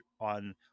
on